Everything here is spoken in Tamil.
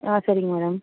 ஆ சரிங்க மேடம்